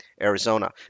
Arizona